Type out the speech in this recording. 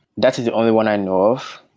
that's the only one i know of.